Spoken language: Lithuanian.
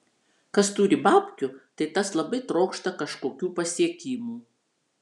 kas turi babkių tai tas labai trokšta kažkokių pasiekimų